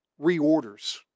reorders